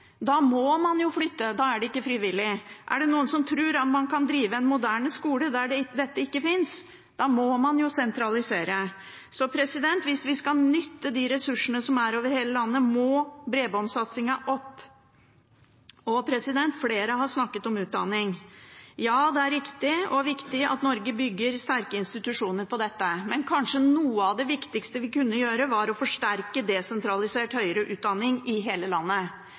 Da må man jo flytte, da er det ikke frivillig. Er det noen som tror at man kan drive en moderne skole der dette ikke finnes? Da må man jo sentralisere. Så hvis vi skal nytte de ressursene som er over hele landet, må bredbåndssatsingen opp. Flere har snakket om utdanning. Ja, det er riktig og viktig at Norge bygger sterke institusjoner på dette feltet, men kanskje noe av det viktigste vi kan gjøre, er å forsterke desentralisert høyere utdanning i hele landet.